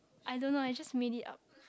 I don't know I just made it up